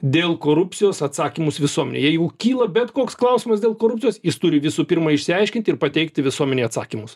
dėl korupcijos atsakymus visuomenei jeigu kyla bet koks klausimas dėl korupcijos jis turi visų pirma išsiaiškinti ir pateikti visuomenei atsakymus